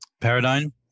paradigm